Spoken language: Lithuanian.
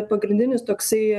pagrindinis toksai